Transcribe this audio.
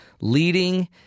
leading